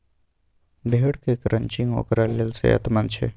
भेड़क क्रचिंग ओकरा लेल सेहतमंद छै